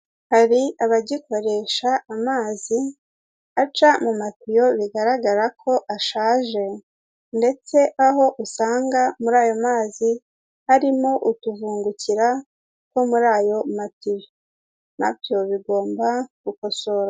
Hari abagikoresha amazi aca mu matiyo bigaragara ko ashaje ndetse aho usanga muri ayo mazi harimo utuvungukira two muri ayo matiyo nabyo bigomba gukosorwa.